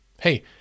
Hey